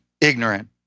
ignorant